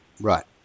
Right